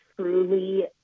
truly